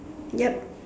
yup